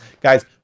Guys